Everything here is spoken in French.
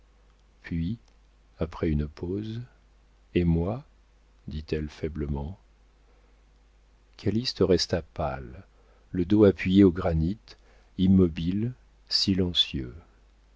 puis après une pause et moi dit-elle faiblement calyste resta pâle le dos appuyé au granit immobile silencieux